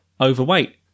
overweight